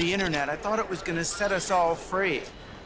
the internet i thought it was going to set us all free